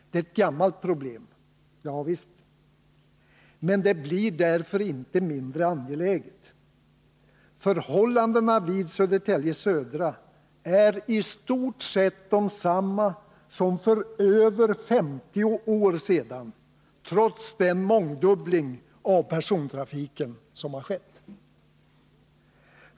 Det är ett gammalt problem, ja visst, men det blir därför inte mindre angeläget. Förhållandena vid Södertälje södra är i stort sett desamma som för över 50 år sedan, trots den mångdubbling av persontrafiken som skett.